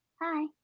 Hi